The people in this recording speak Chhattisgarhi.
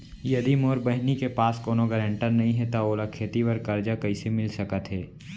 यदि मोर बहिनी के पास कोनो गरेंटेटर नई हे त ओला खेती बर कर्जा कईसे मिल सकत हे?